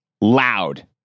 loud